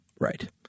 Right